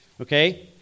Okay